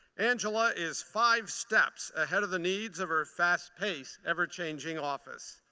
angela is five steps ahead of the needs of her fast-paced, ever-changing office.